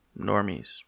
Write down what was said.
normies